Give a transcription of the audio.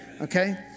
okay